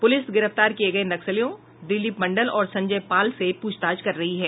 police गिरफ्तार किये गये नक्सलियों दिलीप मंडल और संजय पाल से पूछताछ कर रही है